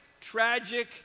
tragic